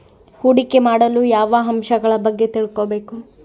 ಹೂಡಿಕೆ ಮಾಡಲು ಯಾವ ಅಂಶಗಳ ಬಗ್ಗೆ ತಿಳ್ಕೊಬೇಕು?